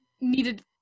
needed